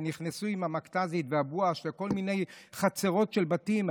ונכנסו עם המכת"זית והבואש לכל מיני חצרות של בתים.